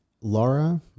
Laura